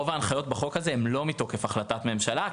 רוב ההנחיות בחוק הזה הן לא מתוקף החלטת ממשלה.